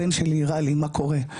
הבן שלי הראה לי מה קורה,